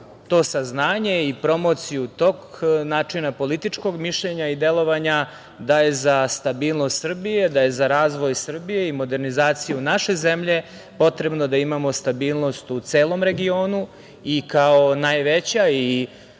to saznanje i promociju tog načina političkog mišljenja i delovanja da je za stabilnost Srbije, da je za razvoj Srbije i modernizaciju naše zemlje potrebno da imamo stabilnost u celom regionu. Kao najveća i